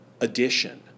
addition